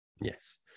Yes